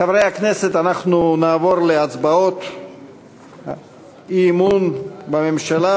חברי הכנסת, אנחנו נעבור להצבעות אי-אמון בממשלה.